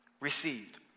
received